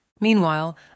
Meanwhile